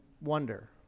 wonder